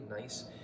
nice